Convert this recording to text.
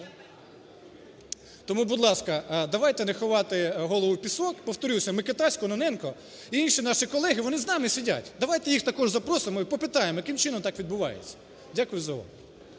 Тому, будь ласка, давайте не ховати голову в пісок. Повторюся, Микитась, Кононенко і інші наші колеги, вони з нами сидять. Давайте їх також запросимо і попитаємо: яким чином так відбувається? Дякую за увагу.